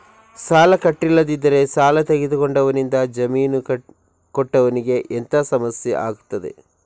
ಸಾಲ ಕಟ್ಟಿಲ್ಲದಿದ್ದರೆ ಸಾಲ ತೆಗೆದುಕೊಂಡವನಿಂದ ಜಾಮೀನು ಕೊಟ್ಟವನಿಗೆ ಎಂತ ಸಮಸ್ಯೆ ಆಗ್ತದೆ?